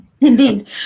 indeed